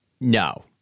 No